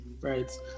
right